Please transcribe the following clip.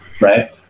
Right